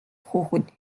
хүүхэд